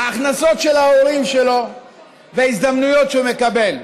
ההכנסות של ההורים שלו והזדמנויות שהוא מקבל.